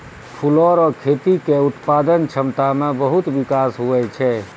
फूलो रो खेती के उत्पादन क्षमता मे बहुत बिकास हुवै छै